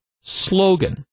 slogan